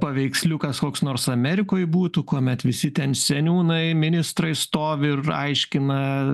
paveiksliukas koks nors amerikoj būtų kuomet visi ten seniūnai ministrai stovi ir aiškina